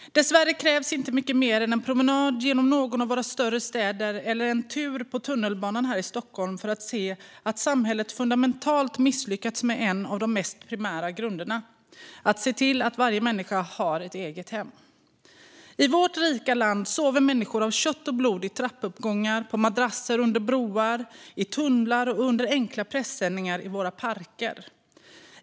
Dessvärre krävs inte mycket mer än en promenad genom någon av våra större städer eller en tur på tunnelbanan här i Stockholm för att se att samhället fundamentalt misslyckats med en av de mest primära grunderna: att se till att varje människa har ett eget hem. I vårt rika land sover människor av kött och blod i trappuppgångar, på madrasser under broar, i tunnlar och under enkla presenningar i våra parker.